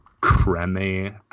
creamy